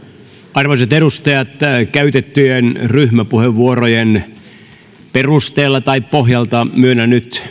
arvoisat edustajat käytettyjen ryhmäpuheenvuorojen pohjalta myönnän nyt